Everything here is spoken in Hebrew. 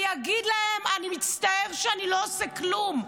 ויגיד: אני מצטער שאני לא עושה כלום?